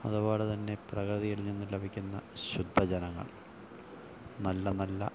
അതുപോലെത്തന്നെ പ്രകൃതിയിൽ നിന്ന് ലഭിക്കുന്ന ശുദ്ധജലങ്ങൾ നല്ല നല്ല